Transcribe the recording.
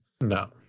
No